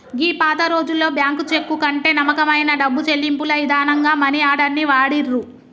గీ పాతరోజుల్లో bank cheque కంటే నమ్మకమైన డబ్బు చెల్లింపుల ఇదానంగా మనీ ఆర్డర్ ని వాడిర్రు